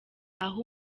aho